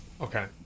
Okay